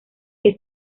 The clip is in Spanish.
que